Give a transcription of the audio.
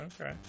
okay